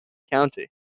county